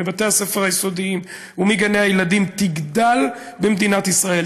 בבתי הספר היסודיים ובגני הילדים תגדל במדינת ישראל,